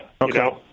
Okay